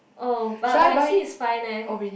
oh but but I see it's fine eh